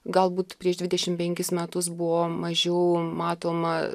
galbūt prieš dvidešimt penkis metus buvo mažiau matoma